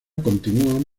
continúan